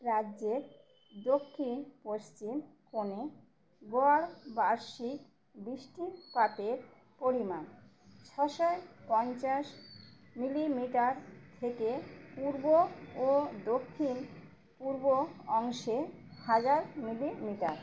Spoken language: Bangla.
রাজ্যের দক্ষিণ পশ্চিম কোণে গড় বার্ষিক বৃষ্টিপাতের পরিমাণ ছশোয় পঞ্চাশ মিলিমিটার থেকে পূর্ব ও দক্ষিণ পূর্ব অংশে হাজার মিলিমিটার